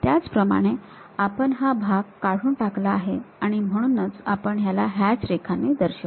त्याचप्रमाने आपण हा भाग काढून टाकला आहे आणि म्हणून आपण याला हॅच रेखांनी दर्शवू